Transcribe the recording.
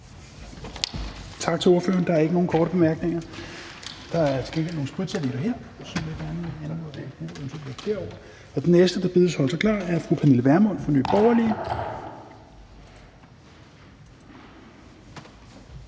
Tak til ordføreren. Der er ikke nogen korte bemærkninger. Og den næste, der bedes holde sig klar, er fru Pernille Vermund fra Nye Borgerlige.